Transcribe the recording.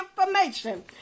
information